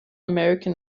american